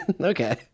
Okay